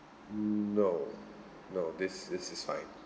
mm no no this this is fine